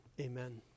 Amen